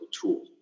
tool